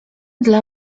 dla